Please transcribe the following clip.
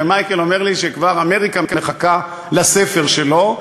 ומייקל אומר לי שאמריקה כבר מחכה לספר שלו,